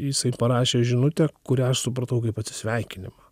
jisai parašė žinutę kurią aš supratau kaip atsisveikinimą